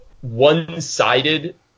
one-sided